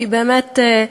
כי באמת,